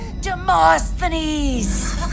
Demosthenes